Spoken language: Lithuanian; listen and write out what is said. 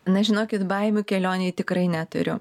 na žinokit baimių kelionėj tikrai neturiu